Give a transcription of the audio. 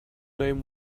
name